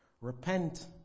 Repent